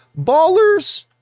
ballers